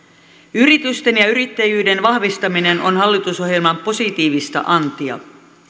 yritysten ja yrittäjyyden vahvistaminen on hallitusohjelman positiivista antia